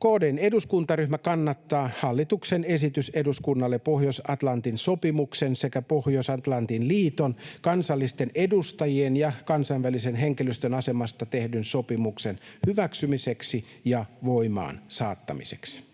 KD:n eduskuntaryhmä kannattaa hallituksen esitystä eduskunnalle Pohjois-Atlantin sopimuksen sekä Pohjois-Atlantin liiton, kansallisten edustajien ja kansainvälisen henkilöstön asemasta tehdyn sopimuksen hyväksymiseksi ja voimaan saattamiseksi.